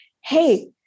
hey